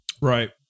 Right